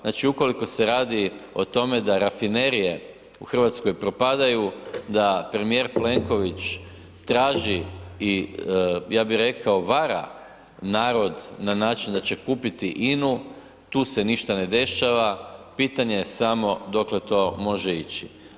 Znači ukoliko se radi o tome da rafinerije u Hrvatskoj propadaju, da premijer Plenković traži i ja bih rekao, vara narod na način da će kupiti INA-u, tu se ništa ne dešava, pitanje je samo dokle to može ići.